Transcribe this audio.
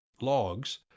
logs